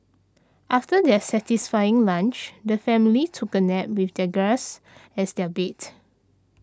after their satisfying lunch the family took a nap with the grass as their bed